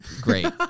great